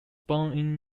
born